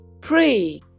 Pray